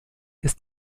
ist